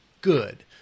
good